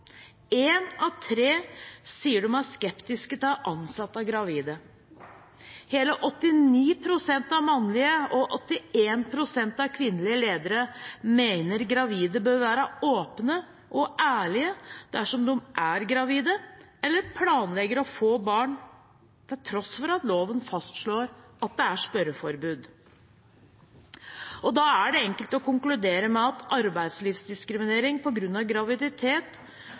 En av tre sier de er skeptiske til å ansette gravide. Hele 89 pst. av mannlige og 81 pst. av kvinnelige ledere mener gravide bør være åpne og ærlige dersom de er gravide eller planlegger å få barn – til tross for at loven fastslår at det er spørreforbud. Det er enkelt å konkludere med at arbeidslivsdiskriminering på grunn av graviditet